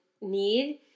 need